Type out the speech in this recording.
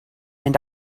and